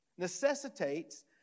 necessitates